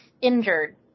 injured